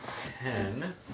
ten